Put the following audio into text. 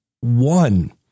one